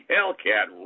Hellcat